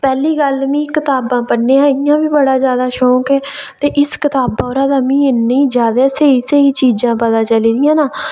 पैह्ली गल्ल मिगी कताबां पढ़ने दा मिगी इ'यां बी बड़ा जैदा शौक ऐ ते इस कताबा परा मिगी इन्नी जैदा स्हेई स्हेई चीजां पता चली दियां ना